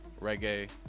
reggae